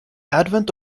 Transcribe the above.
advent